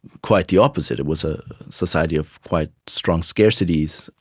quite the opposite, it was a society of quite strong scarcities,